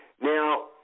Now